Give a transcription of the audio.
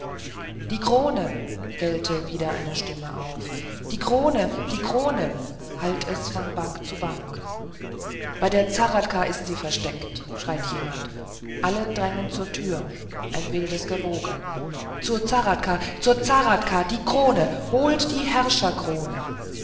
die krone gellte wieder eine stimme auf die krone die krone hallt es von bank zu bank bei der zahradka ist sie versteckt schreit jemand alle drängen zur tür ein wildes gewoge zur zahradka zur zahradka die krone holt die